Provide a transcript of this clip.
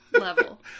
level